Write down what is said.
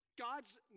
God's